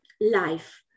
life